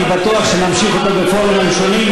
אני בטוח שנמשיך אותו בפורומים שונים.